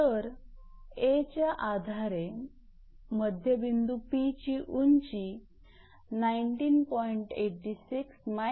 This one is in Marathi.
तर 𝐴 च्या आधारे मध्यबिंदू 𝑃 ची उंची 19